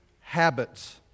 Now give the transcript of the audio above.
Habits